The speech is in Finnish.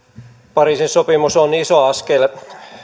pariisin sopimus on iso askel